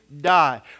die